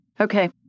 Okay